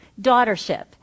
Daughtership